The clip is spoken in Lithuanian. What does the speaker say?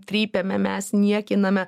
trypiame mes niekiname